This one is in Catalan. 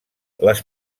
les